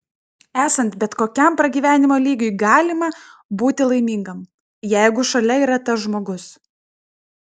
esant bet kokiam pragyvenimo lygiui galima būti laimingam jeigu šalia yra tas žmogus